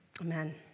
Amen